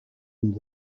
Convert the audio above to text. and